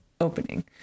opening